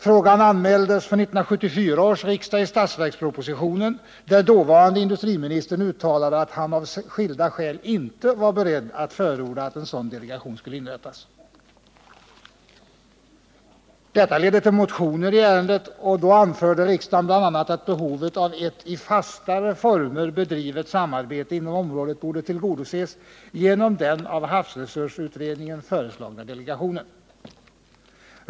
Frågan anmäldes för 1974 års riksdag i statsverkspropositionen, där dåvarande industriministern uttalade att han av skilda skäl inte var beredd att förorda att en sådan delegation skulle inrättas. Detta ledde till motioner i ärendet, och då anförde riksdagen bl.a. att behovet av ett i fastare former bedrivet samarbete inom området borde tillgodoses genom den av havsresursutredningen föreslagna delegationen.